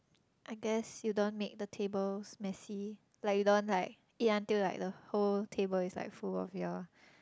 I guess you don't make the tables messy like you don't like eat until like the whole table is like full of your